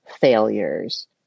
failures